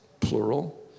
plural